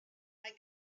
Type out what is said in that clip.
mae